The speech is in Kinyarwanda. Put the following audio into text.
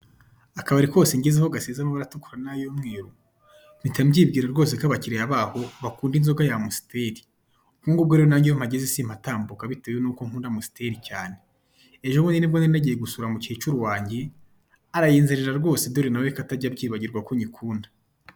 Akabari kose ngezeho gasize amabara atukura n'ay'umweru, mpita mbyibwira rwose ko abakiriya baho bakunda inzoga ya Amusiteli. Ubwo rero nanjye iyo mpageze simpatambuka kuko nkunda inzoga ya Amusiteli cyane. Ejobundi ni bwo nari nagiye gusura mukecuru wanjye, arayinzanira rwose, dore na we ko atajya abyibagirwa ko nyikunda.